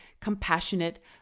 compassionate